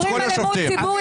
אם מדברים על אמון הציבור,